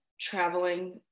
traveling